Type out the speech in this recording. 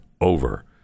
over